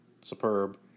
superb